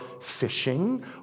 fishing